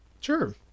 Sure